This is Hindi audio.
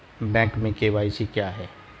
बैंक में के.वाई.सी क्या है?